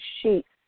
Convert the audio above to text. sheets